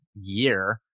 year